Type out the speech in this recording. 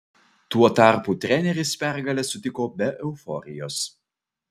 tuo tarpu treneris pergalę sutiko be euforijos